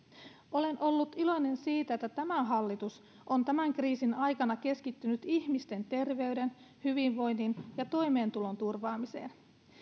olen ollut iloinen siitä että tämä hallitus on tämän kriisin aikana keskittynyt ihmisten terveyden hyvinvoinnin ja toimeentulon turvaamiseen